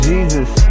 Jesus